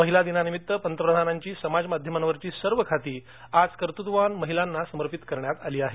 महिला दिनानिमित्त पंतप्रधानांची समाज माध्यमांवरची सर्व खाती आज कर्तृत्ववान महिलांना समर्पित करण्यात आली आहेत